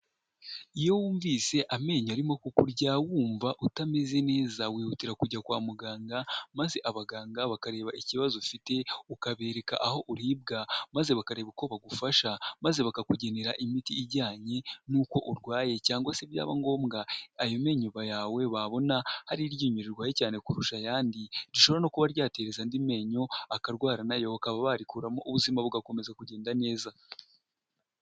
Iyo wumvise amenyo arimo kukurya wumva utameze neza wihutira kujya kwa muganga maze abaganga bakareba ikibazo ufite ukabereka aho uribwa maze bakareba uko bagufasha maze bakakugenera imiti ijyanye n'uko urwaye cyangwa se byaba ngombwa ayo menyo yawe babona ari iryinyo rirwaye cyane kurusha ayandi rishobora no kuba ryateza andi menyo akarwara nayo bakaba barikuramo ubuzima bugakomeza kugenda neza.